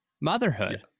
motherhood